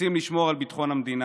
יוצאים לשמור על ביטחון המדינה.